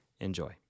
Enjoy